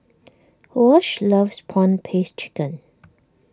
Wash loves Prawn Paste Chicken